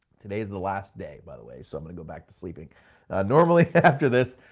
today's the last day by the way. so i'm gonna go back to sleeping normally after this.